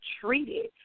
treated